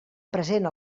present